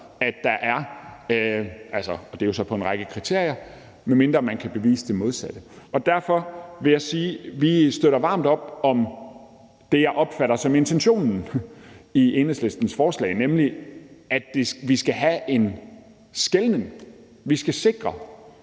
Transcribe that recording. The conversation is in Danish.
medmindre man – og det er så ud fra en række kriterier – kan bevise det modsatte. Derfor vil jeg sige, at vi støtter varmt op om det, jeg opfatter som intentionen i Enhedslistens forslag, nemlig at vi skal have en skelnen, at vi skal sikre,